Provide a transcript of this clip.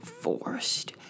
forced